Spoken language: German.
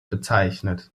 bezeichnet